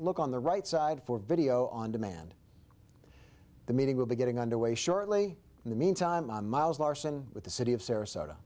look on the right side for video on demand the meeting will be getting underway shortly in the meantime i'm miles larson with the city of sarasota